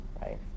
right